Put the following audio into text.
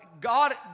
God